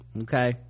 Okay